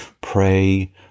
pray